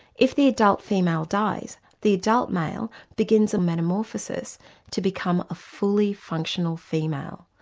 if the adult female dies, the adult male begins a metamorphosis to become a fully functional female,